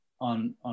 on